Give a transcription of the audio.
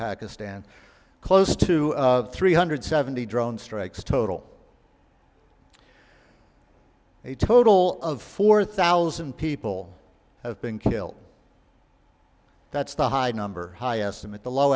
pakistan close to three hundred seventy drone strikes total a total of four thousand people have been killed that's the high number high estimate the low